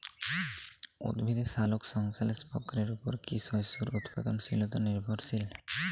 উদ্ভিদের সালোক সংশ্লেষ প্রক্রিয়ার উপর কী শস্যের উৎপাদনশীলতা নির্ভরশীল?